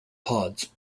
pods